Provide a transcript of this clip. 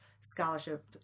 scholarship